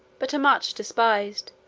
but are much despised,